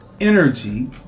energy